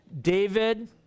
David